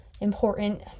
important